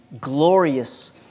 glorious